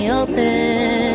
open